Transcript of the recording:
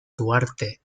duarte